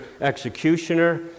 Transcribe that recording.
executioner